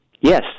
Yes